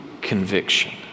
conviction